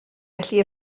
felly